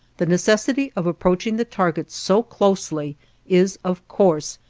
the necessity of approaching the target so closely is, of course,